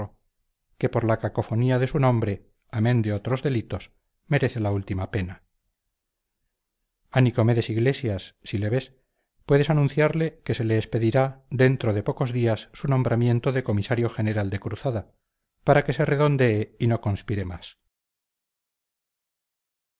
por la cacofonía de su nombre amén de otros delitos merece la última pena a nicomedes iglesias si le ves puedes anunciarle que se le expedirá dentro de pocos días su nombramiento de comisario general de cruzada para que se redondee y no conspire más